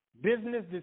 business